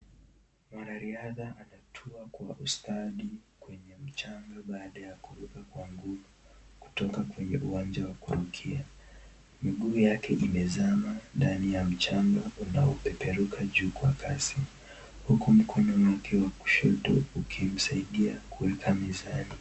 Mwanariadha anangukwa kwa ustadi kwenye mchanga baada ya kuruka kwa nguvu kutoka kwenye uwanja wa kuangukia. Miguu yake imezama ndani ya mchanga unaopeperuka hewani kwa kasi huku mkono wake wa kushoto ukimsaidia kuenda mizani.